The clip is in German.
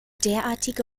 derartige